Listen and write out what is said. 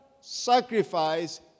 sacrifice